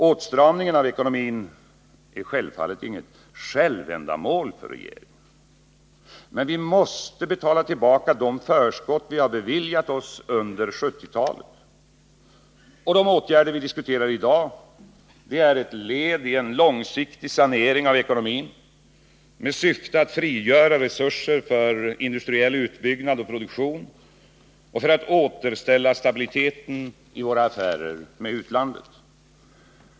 Åtstramningen av ekonomin är självfallet inget självändamål för regeringen. Men vi måste betala tillbaka de förskott vi har beviljat oss under 1970-talet. De åtgärder vi diskuterar i dag är ett led i en långsiktig sanering av ekonomin, med syfte att frigöra resurser för industriell utbyggnad och produktion och återställa stabiliteten i våra affärer med utlandet.